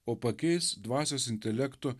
o pakeis dvasios intelekto